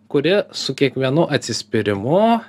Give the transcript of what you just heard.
kuri su kiekvienu atsispyrimu